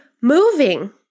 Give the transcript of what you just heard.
moving